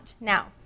Now